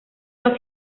los